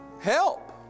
Help